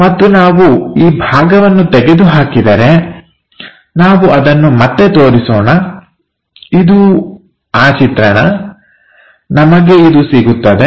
ಮತ್ತು ನಾವು ಈ ಭಾಗವನ್ನು ತೆಗೆದುಹಾಕಿದರೆ ನಾವು ಅದನ್ನು ಮತ್ತೆ ತೋರಿಸೋಣ ಇದು ಆ ಚಿತ್ರಣ ನಮಗೆ ಇದು ಸಿಗುತ್ತದೆ